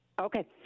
Okay